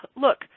look